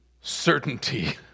certainty